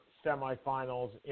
semifinals